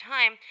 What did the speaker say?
Time